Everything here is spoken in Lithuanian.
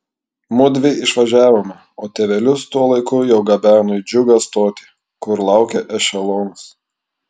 mudvi išvažiavome o tėvelius tuo laiku jau gabeno į džiugą stotį kur laukė ešelonas